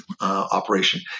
operation